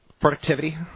productivity